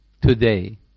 today